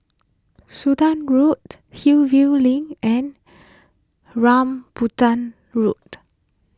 Sudan Road Hillview Link and Rambutan Road